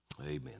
Amen